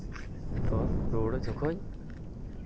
ᱛᱚ ᱨᱩᱣᱟᱹᱲᱚᱜ ᱡᱚᱠᱷᱚᱱ